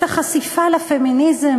את החשיפה לפמיניזם,